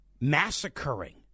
Massacring